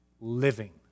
living